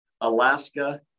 Alaska